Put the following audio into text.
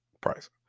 price